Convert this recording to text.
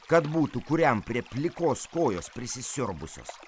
kad būtų kuriam prie plikos kojos prisisiurbusios